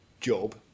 job